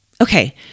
Okay